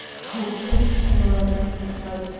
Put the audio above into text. oh, kate cameron, he cried,